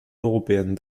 européenne